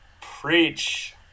Preach